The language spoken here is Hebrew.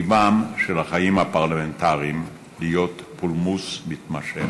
טבעם של החיים הפרלמנטריים להיות פולמוס מתמשך.